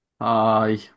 Hi